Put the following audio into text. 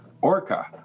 Orca